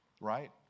right